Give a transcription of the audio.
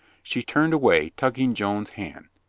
she turned away, tugging joan's hand.